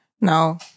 no